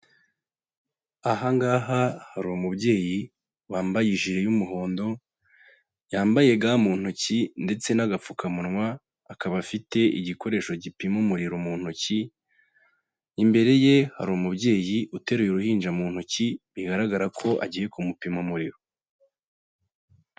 Aha ngaha hari umubyeyi, wambaye ijire y'umuhondo, yambaye ga mu ntoki ndetse n'agapfukamunwa, akaba afite igikoresho gipima umuriro mu ntoki, imbere ye hari umubyeyi uteruye uruhinja mu ntoki, bigaragara ko agiye kumupima umuriro.